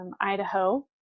Idaho